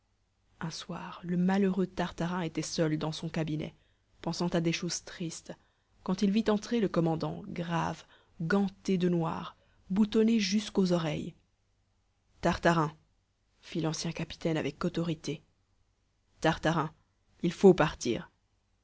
un soir le malheureux tartarin était seul dans son cabinet pensant à des choses tristes quand il vit entrer le commandant grave ganté de noir boutonné jusqu'aux oreilles tartarin fit l'ancien capitaine avec autorité tartarin il faut partir